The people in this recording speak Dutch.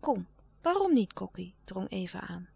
kom waarom niet kokkie drong eva aan